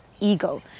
ego